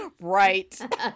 Right